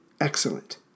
excellent